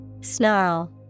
Snarl